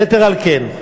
יתר על כן,